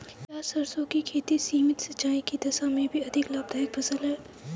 क्या सरसों की खेती सीमित सिंचाई की दशा में भी अधिक लाभदायक फसल है?